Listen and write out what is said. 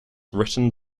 written